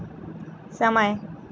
समय